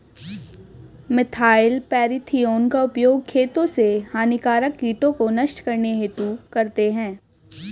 methyl parathion का उपयोग खेतों से हानिकारक कीटों को नष्ट करने हेतु करते है